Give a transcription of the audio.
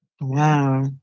Wow